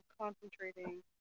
concentrating